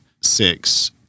six